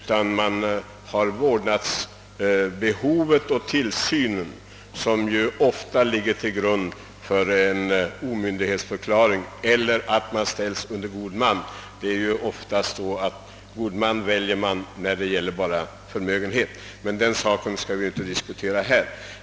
Man måste också ta hänsyn till behovet av vård och tillsyn, vilka förhållanden ofta ligger till grund för en omyndighetsförklaring eller att en person ställs under god man. God man väljer man dock oftast när det endast gäller tillsyn över förmögenhet, men den saken skall vi inte diskutera här.